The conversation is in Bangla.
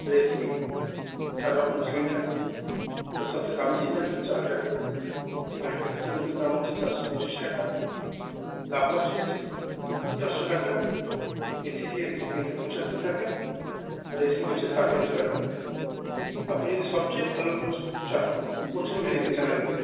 রেশমি চার রকম সিমেন্ট আছে তা সব থেকে দামি সিমেন্ট হচ্চে আলট্রাটেক আলট্রাটেক সিমেন্টের দাম হচ্চে চারশো পঁচিশ টাকা লাফার্জ হচ্চে চারশো টাকা এ সি জি হচ্চে তিনশো পঁচাত্তর টাকা আর রেশমি হচ্চে সাড়ে তিনশো টাকা আপনি যদি সবচেয়ে ভালো চান কোন সিমেন্টটা নিতে চান এর মধ্যে